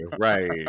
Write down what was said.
right